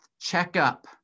checkup